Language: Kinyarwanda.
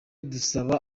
dusaba